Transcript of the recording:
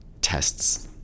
tests